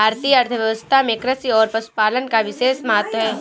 भारतीय अर्थव्यवस्था में कृषि और पशुपालन का विशेष महत्त्व है